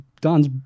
Don's